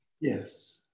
Yes